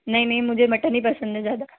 नहीं नहीं मुझे मटन ही पसंद है ज़्यादा